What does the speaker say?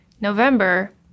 November